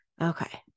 okay